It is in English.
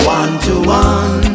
one-to-one